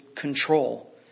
control